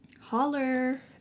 Holler